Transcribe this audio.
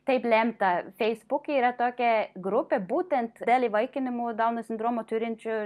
taip lemta feisbuke yra tokia grupė būtent dėl įvaikinimo dauno sindromą turinčių